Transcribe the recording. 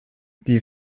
die